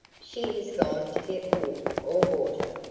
she has gone to get wood or water,